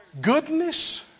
Goodness